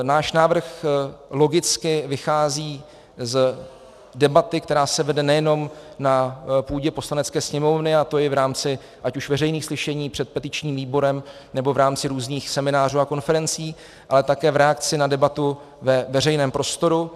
Náš návrh logicky vychází z debaty, která se vede nejenom na půdě Poslanecké sněmovny, a to i v rámci ať už veřejných slyšení před petičním výborem, nebo v rámci různých seminářů a konferencí, ale také v reakci na debatu ve veřejném prostoru.